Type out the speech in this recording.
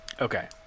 Okay